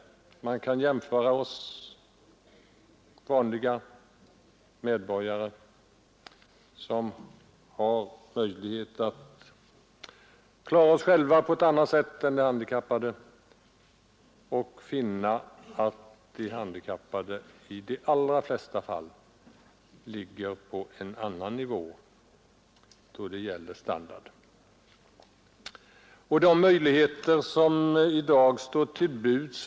När man på detta sätt jämför de handikappade med oss vanliga medborgare, som har möjlighet att klara oss själva på ett annat sätt än de handikappade, så finner man i de allra flesta fall att de handikappade på punkt efter punkt har lägre standard.